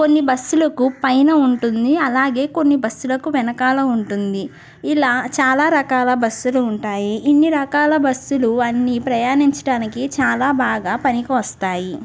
కొన్ని బస్సులకు పైన ఉంటుంది అలాగే కొన్ని బస్సులకు వెనకాల ఉంటుంది ఇలా చాలా రకాల బస్సులు ఉంటాయి ఇన్ని రకాల బస్సులు అన్ని ప్రయాణించడానికి చాలా బాగా పనికి వస్తాయి